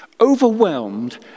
overwhelmed